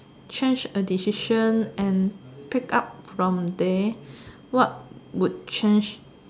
change a decision and pick up from there what would change